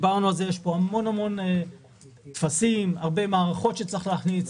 יש פה המון טפסים, הרבה מערכות שצריך להכניס.